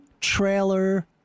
trailer